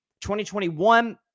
2021